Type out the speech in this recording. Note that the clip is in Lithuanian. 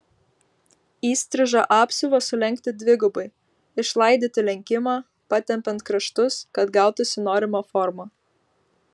įstrižą apsiuvą sulenkti dvigubai išlaidyti lenkimą patempiant kraštus kad gautųsi norima forma